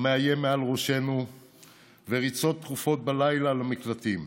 המאיים מעל ראשנו וריצות תכופות בלילה למקלטים.